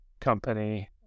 company